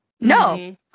No